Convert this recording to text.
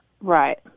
Right